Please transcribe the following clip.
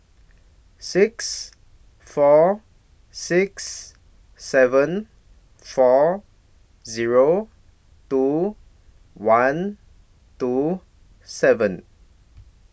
six four six seven four Zero two one two seven